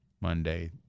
Monday